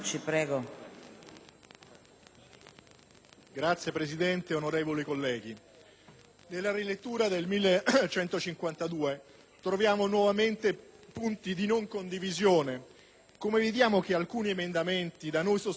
Signora Presidente, onorevoli colleghi, nella rilettura del disegno di legge n. 1152 troviamo nuovamente punti di non condivisione, come vediamo che alcuni emendamenti da noi sostenuti in prima lettura